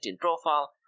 profile